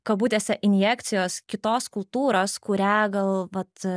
kabutėse injekcijos kitos kultūros kurią gal vat